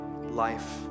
life